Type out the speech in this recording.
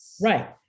Right